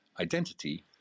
identity